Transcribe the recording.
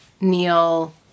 Neil